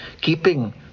keeping